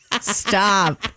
Stop